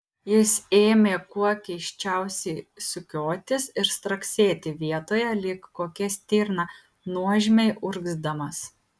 jis ėmė kuo keisčiausiai sukiotis ir straksėti vietoje lyg kokia stirna nuožmiai urgzdamas